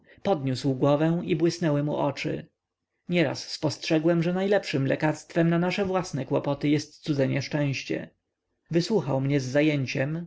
podniósł głowę i błysnęły mu oczy nieraz spostrzegłem że najlepszem lekarstwem na nasze własne kłopoty jest cudze nieszczęście wysłuchał mnie z zajęciem